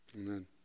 Amen